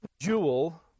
jewel